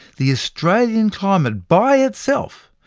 the australian climates, by itself,